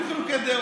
היו חילוקי דעות.